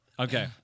Okay